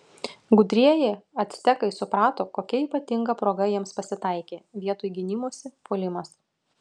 gudrieji actekai suprato kokia ypatinga proga jiems pasitaikė vietoj gynimosi puolimas